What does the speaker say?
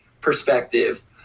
perspective